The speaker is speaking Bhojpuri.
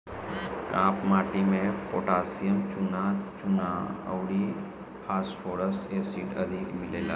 काप माटी में पोटैशियम, चुना, चुना अउरी फास्फोरस एसिड अधिक मिलेला